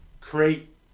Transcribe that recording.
create